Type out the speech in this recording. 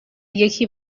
یکی